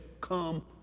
come